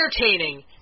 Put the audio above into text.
entertaining